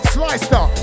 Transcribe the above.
Slicer